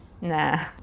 Nah